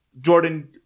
Jordan